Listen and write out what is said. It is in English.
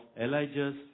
Elijah's